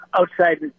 outside